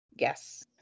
Yes